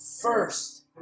first